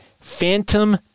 Phantom